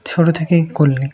ছোট থেকেই করলে